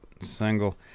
single